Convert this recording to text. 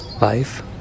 life